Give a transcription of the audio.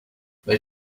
they